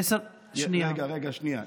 עשר, רגע, שנייה.